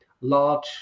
large